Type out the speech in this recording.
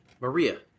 Maria